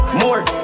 more